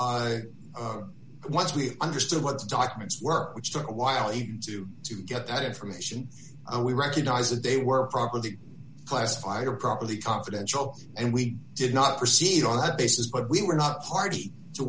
some once we understood what the documents work which took a while to get that information and we recognize that they were properly classified or properly confidential and we did not proceed on that basis but we were not party to